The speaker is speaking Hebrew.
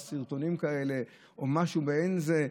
סרטונים כאלה או משהו מעין זה,